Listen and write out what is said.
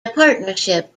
partnership